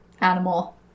animal